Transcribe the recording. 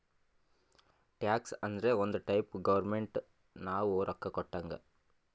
tax ಅಂದುರ್ ಒಂದ್ type government ನಾವು ರೊಕ್ಕಾ ಕೊಟ್ಟಂಗ್